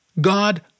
God